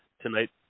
Tonight